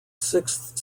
sixth